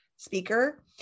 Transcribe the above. Speaker